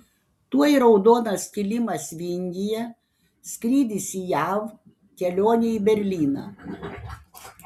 tuoj raudonas kilimas vingyje skrydis į jav kelionė į berlyną